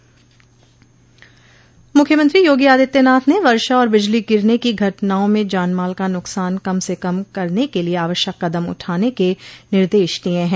मुख्यमंत्री योगो आदित्यनाथ ने वर्षा और बिजली गिरने की घटनाओं में जानमाल का नुकसान कम से कम करने के लिये आवश्यक कदम उठाने के निर्देश दिये है